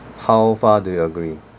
how far do you agree